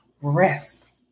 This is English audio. Rest